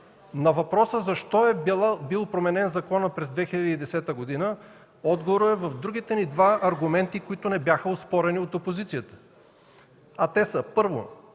На въпроса защо е бил променен законът през 2010 г., отговорът е в другите два аргумента, които не бяха оспорени от опозицията. Те са: първо,